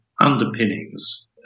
underpinnings